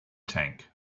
tank